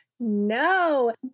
no